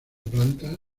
planta